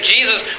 Jesus